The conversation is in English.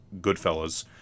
Goodfellas